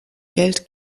geld